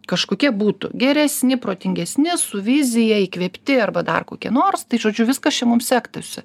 kažkokie būtų geresni protingesni su vizija įkvėpti arba dar kokie nors tai žodžiu viskas čia mums sektųsi